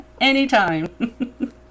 Anytime